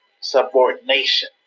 subordination